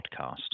podcast